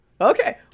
Okay